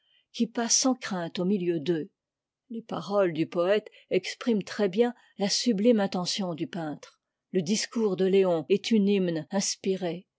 qui passe sans crainte au milieu d'eux les paroles du poëte expriment très-bien la sublime intention du peintre le discours de léon est une hymne inspirée